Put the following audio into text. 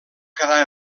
quedar